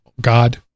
God